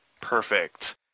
Perfect